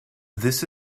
this